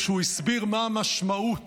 כשהוא הסביר מה המשמעות